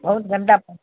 بہت گندا پانی